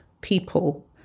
people